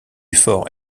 fort